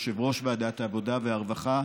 יושב-ראש ועדת העבודה והרווחה,